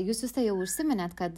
jūs juste jau užsiminėt kad